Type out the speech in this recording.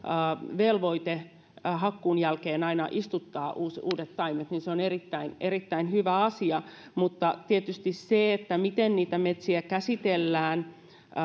velvoite hakkuun jälkeen aina istuttaa uudet taimet on erittäin erittäin hyvä asia mutta tietysti on se miten niitä metsiä käsitellään